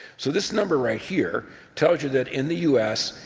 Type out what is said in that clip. so this number right here tells you that in the u s,